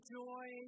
joy